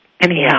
anyhow